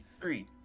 three